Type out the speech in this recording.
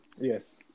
Yes